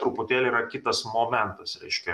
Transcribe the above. truputėlį kitas momentas reiškia